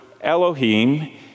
Elohim